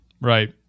right